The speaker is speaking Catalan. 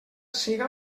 siga